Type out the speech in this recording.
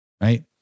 right